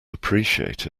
appreciate